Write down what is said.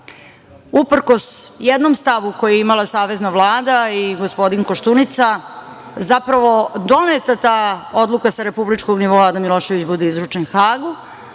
uprkos jednom stavu koji je imala Savezna Vlada i gospodin Koštunica, zapravo doneta ta odluka sa republičkog nivoa da Milošević bude izručen Hagu,